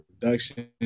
production